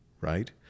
right